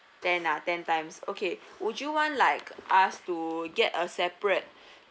ten ah ten times okay would you want like us to get a separate